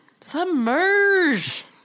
Submerge